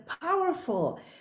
powerful